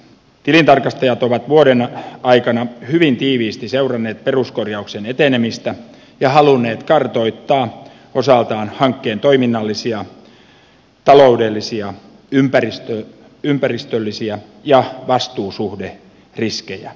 tilintarkastajat ovat vuoden aikana hyvin tiiviisti seuranneet peruskorjauksen etenemistä ja halunneet kartoittaa osaltaan hankkeen toiminnallisia taloudellisia ympäristöllisiä ja vastuusuhderiskejä